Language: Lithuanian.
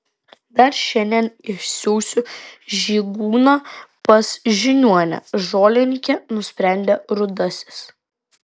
dar šiandien išsiųsiu žygūną pas žiniuonę žolininkę nusprendė rudasis